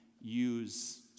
use